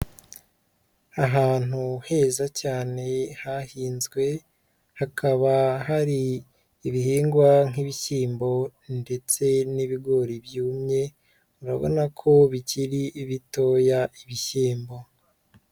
Ahantu heza cyane hahinzwe, hakaba hari ibihingwa nk'ibishyimbo ndetse n'ibigori byumye urabona ko bikiri bitoya ibishyimbo.